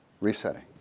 resetting